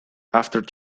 after